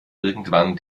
irgendwann